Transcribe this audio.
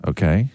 Okay